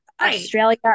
Australia